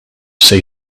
say